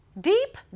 deep